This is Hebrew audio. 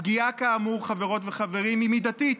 הפגיעה כאמור, חברות וחברים, היא מידתית,